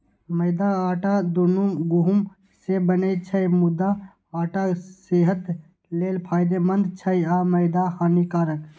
मैदा आ आटा, दुनू गहूम सं बनै छै, मुदा आटा सेहत लेल फायदेमंद छै आ मैदा हानिकारक